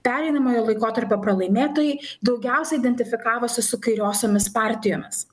pereinamojo laikotarpio pralaimėtojai daugiausia identifikavosi su kairiosiomis partijomis